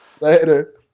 Later